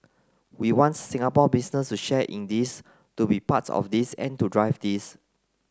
we want Singapore business to share in this to be part of this and to drive this